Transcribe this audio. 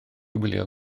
wylio